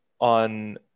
on